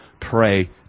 pray